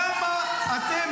לא תומכי טרור כמוך ----- למה אתם